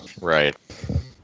right